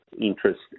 interest